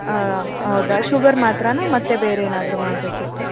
ಹಾಂ ಹೌದಾ ಶುಗರ್ ಮಾತ್ರನ ಬೇರೆ ಏನಾದರೂ ಮಾಡಬೇಕಿತ್ತಾ